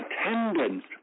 attendance